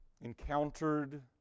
encountered